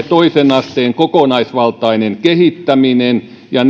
toisen asteen kokonaisvaltainen kehittäminen ja